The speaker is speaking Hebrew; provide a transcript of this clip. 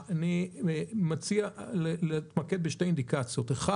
אני מציע להתמקד בשתי אינדיקציות: א',